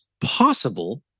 possible